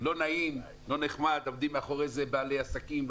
לא נעים, עומדים מאחורי זה בעלי עסקים.